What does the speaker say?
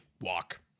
walk